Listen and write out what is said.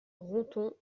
ronthon